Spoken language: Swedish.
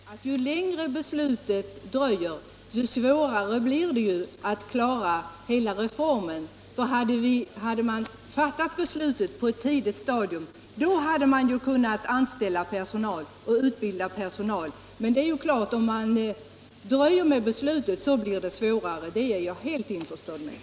Herr talman! Jag håller helt med socialministern om att ju längre beslutet dröjer, desto svårare blir det att klara reformen. Hade man fattat beslutet på ett tidigt stadium, så hade det varit möjligt att anställa och utbilda personal. Men om man dröjer med beslutet så blir det svårare, det är jag helt införstådd med.